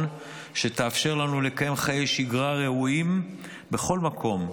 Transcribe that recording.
שתאפשר לנו לקיים חיי שגרה ראויים בכל מקום,